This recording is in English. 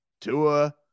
Tua